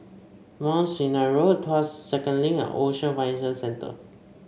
Mount Sinai Road Tuas Second Link and Ocean Financial Centre